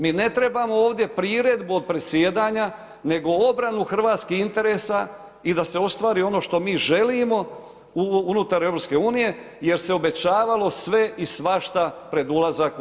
Mi ne trebamo ovdje priredbu od predsjedanja nego obranu hrvatskih interesa i da se ostvari ono što mi želimo unutar EU jer se obećvalo sve i svašta pred ulazak u EU.